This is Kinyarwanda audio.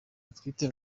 batwite